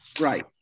right